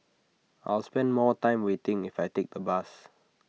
I'll spend more time waiting if I take the bus